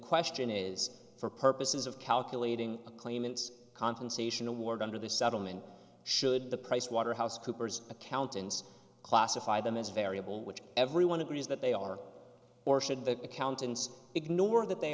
question is for purposes of calculating claimants confrontation award under the settlement should the pricewaterhouse coopers accountants classify them as variable which everyone agrees that they are or should the accountants ignore that they